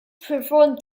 perform